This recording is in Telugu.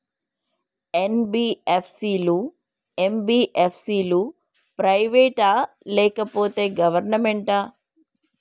ఎన్.బి.ఎఫ్.సి లు, ఎం.బి.ఎఫ్.సి లు ప్రైవేట్ ఆ లేకపోతే గవర్నమెంటా?